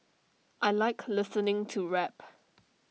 I Like listening to rap